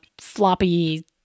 floppy